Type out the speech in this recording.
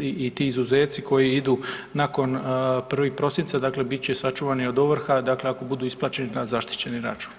i ti izuzeci koji idu nakon 1. prosinca dakle bit će sačuvani od ovrha, dakle ako budu isplaćeni na zaštićeni račun.